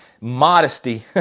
Modesty